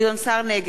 חמד עמאר,